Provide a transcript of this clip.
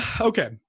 okay